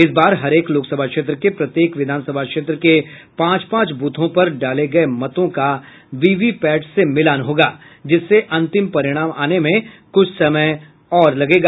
इस बार हरेक लोकसभा क्षेत्र के प्रत्येक विधानसभा क्षेत्र के पांच पांच बूथों पर डाले गये मतों का वीवीपैट से मिलान होगा जिससे अंतिम परिणाम आने में कुछ समय लगेगा